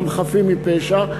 חפים מפשע.